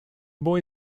boy